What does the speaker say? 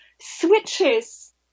switches